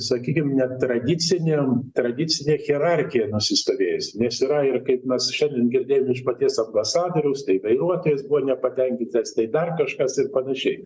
sakykim netradicinėm tradicinė hierarchija nusistovėjusi nes yra ir kaip mes šiandien girdėjom iš paties ambasadoriaus tai vairuotojas buvo nepatenkintas tai dar kažkas ir panašiai